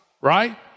right